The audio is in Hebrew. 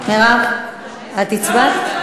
מירב, את הצבעת?